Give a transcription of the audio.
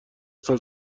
سال